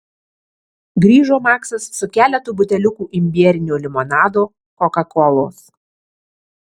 grįžo maksas su keletu buteliukų imbierinio limonado kokakolos